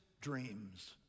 dreams